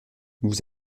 vous